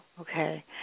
Okay